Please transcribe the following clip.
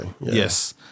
Yes